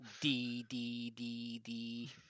d-d-d-d